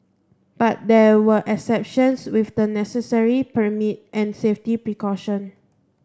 but there are exceptions with the necessary permits and safety precaution